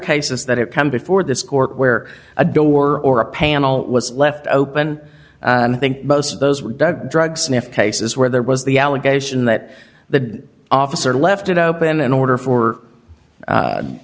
cases that have come before this court where a door or a panel was left open and i think most of those were dead drug sniffing cases where there was the allegation that the officer left it open in order for